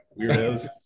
weirdos